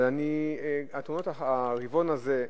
אבל התאונות ברבעון הזה,